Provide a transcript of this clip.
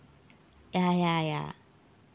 ya ya ya